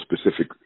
specific